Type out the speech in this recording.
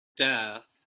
death